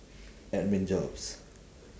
admin jobs